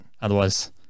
Otherwise